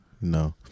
no